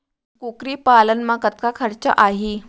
कुकरी पालन म कतका खरचा आही?